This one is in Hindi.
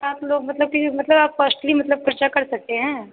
सात लोग मतलब कि मतलब आप कॉस्टली मतलब खर्चा कर सकते हैं